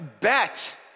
bet